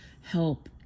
help